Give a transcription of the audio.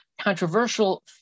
controversial